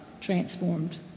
transformed